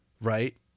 right